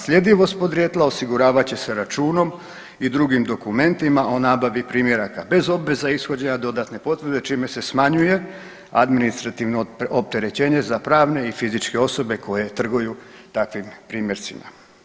Sljedivost podrijetla osiguravat će se računom i drugim dokumentima o nabavi primjeraka bez obveza ishođenja dodatne potvrde čime se smanjuje administrativno opterećenje za pravne i fizičke osobe koje trguju takvim primjercima.